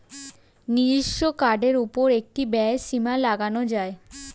নিজস্ব কার্ডের উপর একটি ব্যয়ের সীমা লাগানো যায়